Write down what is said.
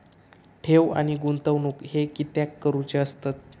ठेव आणि गुंतवणूक हे कित्याक करुचे असतत?